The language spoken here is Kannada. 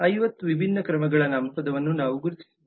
50 ವಿಭಿನ್ನ ಕ್ರಮಗಳ ನಾಮಪದಗಳನ್ನು ನಾವು ಗುರುತಿಸಿದ್ದೇವೆ